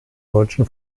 deutschen